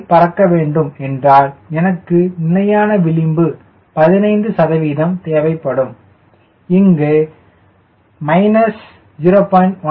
2 பறக்க வேண்டும் என்றால் எனக்கு நிலையான விளிம்பு 15 சதவீதம் தேவைப்படும் இங்கு 0